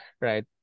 right